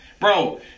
bro